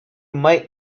might